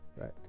Right